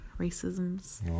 Racism's